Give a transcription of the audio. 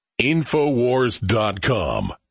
Infowars.com